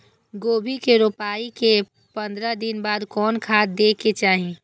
गोभी के रोपाई के पंद्रह दिन बाद कोन खाद दे के चाही?